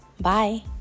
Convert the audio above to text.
Bye